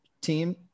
team